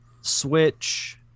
Switch